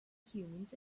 humans